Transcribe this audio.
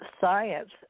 Science